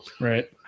Right